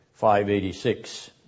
586